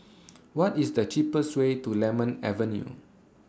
What IS The cheapest Way to Lemon Avenue